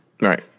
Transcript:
right